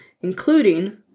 including